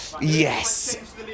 Yes